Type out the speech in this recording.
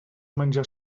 menjar